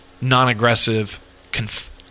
non-aggressive